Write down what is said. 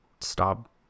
stop